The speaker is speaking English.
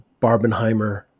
Barbenheimer